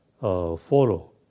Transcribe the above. follow